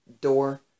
door